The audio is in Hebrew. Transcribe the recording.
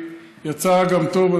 יצא גם טוב,